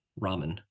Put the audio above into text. ramen